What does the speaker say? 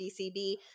bcb